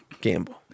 gamble